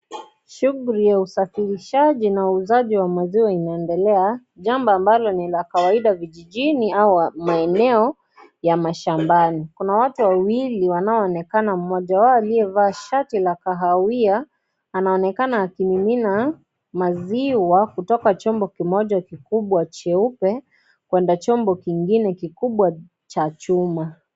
Shughuli ya usafirishaji na uuzaji wa maziwa inaendelea jambo ambalo ni la kawaida vijijini au maeneo ya mashambani. Kuna watu wawili wanaoonekana mmoja wao aliyevaa shati la kahawia anaonekana akimimina maziwa kutoka chombo kimoja kikubwa jeupe kwenda chombo kingine kikubwa cha chuma.